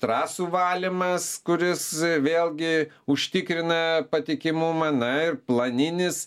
trasų valymas kuris vėlgi užtikrina patikimumą na ir planinis